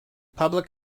public